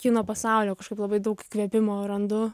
kino pasaulio kažkaip labai daug įkvėpimo randu